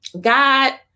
God